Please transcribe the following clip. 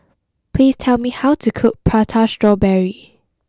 please tell me how to cook Prata Strawberry